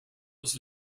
was